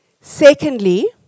Secondly